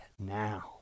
now